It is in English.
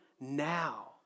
now